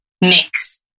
mix